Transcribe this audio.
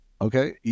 Okay